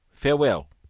farewell.